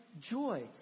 joy